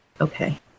Okay